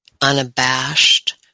unabashed